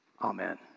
Amen